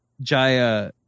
Jaya